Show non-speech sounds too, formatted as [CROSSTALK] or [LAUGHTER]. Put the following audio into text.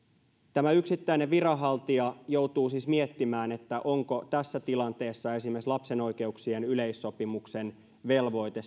tämä yksittäinen viranhaltija joutuu siis miettimään onko tässä tilanteessa esimerkiksi lapsen oikeuksien yleissopimuksen velvoite [UNINTELLIGIBLE]